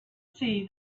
see